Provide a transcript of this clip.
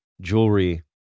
jewelry